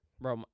Bro